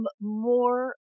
more